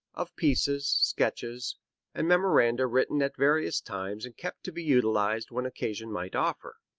of pieces, sketches and memoranda written at various times and kept to be utilized when occasion might offer.